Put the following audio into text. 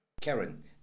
Karen